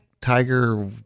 tiger